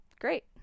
great